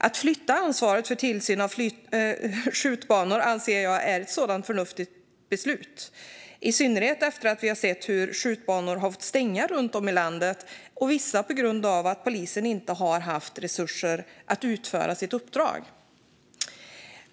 Att flytta ansvaret för tillsyn av skjutbanor anser jag är ett sådant förnuftigt beslut, i synnerhet efter att vi har sett hur skjutbanor har fått stänga runt om i landet, vissa på grund av att polisen inte har haft resurser för att utföra sitt uppdrag.